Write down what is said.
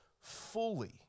fully